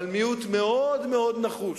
אבל מיעוט מאוד נחוש,